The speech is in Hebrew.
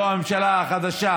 לא הממשלה החדשה,